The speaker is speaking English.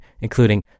including